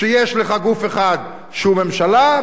שיש לך גוף אחד שהוא ממשלה,